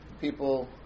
People